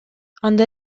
анда